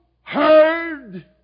heard